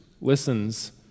listens